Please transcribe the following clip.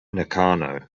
nakano